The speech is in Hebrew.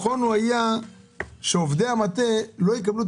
ההערה שהייתה למבקר זה שממחקר שנערך בעולם שבו נבחנו 18 מדינות